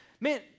Man